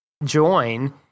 join